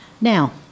now